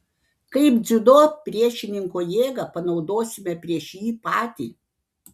kaip dziudo priešininko jėgą panaudosime prieš jį patį